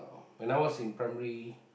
when I was in primary